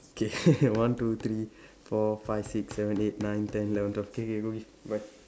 K one two three four five six seven eight nine ten eleven twelve K K go eat bye